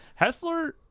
Hessler